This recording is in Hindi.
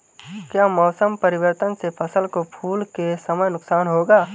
क्या मौसम परिवर्तन से फसल को फूल के समय नुकसान होगा?